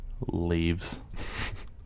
Leaves